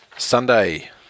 Sunday